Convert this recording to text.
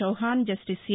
చౌహాన్ జిస్లిస్ ఏ